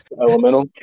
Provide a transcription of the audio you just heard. elemental